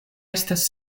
estas